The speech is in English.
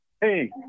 Hey